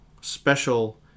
special